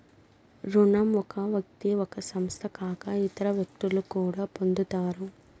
రుణం ఒక వ్యక్తి ఒక సంస్థ కాక ఇతర వ్యక్తులు కూడా పొందుతారు